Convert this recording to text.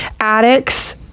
addicts